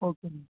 okay ma'am